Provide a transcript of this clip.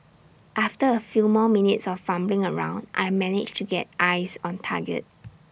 after A few more minutes of fumbling around I managed to get eyes on target